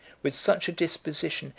with such a disposition,